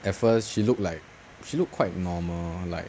at first she look like she look quite normal like